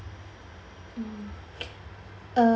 mm uh